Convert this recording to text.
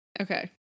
Okay